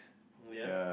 mm ya